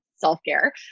self-care